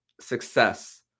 success